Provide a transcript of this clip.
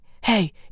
hey